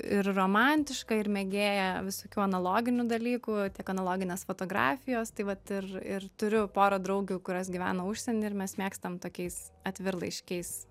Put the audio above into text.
ir romantiška ir mėgėja visokių analoginių dalykų tiek analoginės fotografijos tai vat ir ir turiu porą draugių kurios gyvena užsieny ir mes mėgstam tokiais atvirlaiškiais